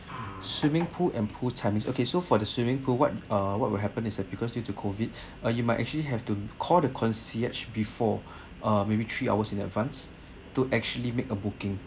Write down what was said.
swimming pool and pool timings okay so for the swimming pool what uh what will happen is that because due to COVID uh you might actually have to call the concierge before uh maybe three hours in advance to actually make a booking